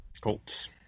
Colts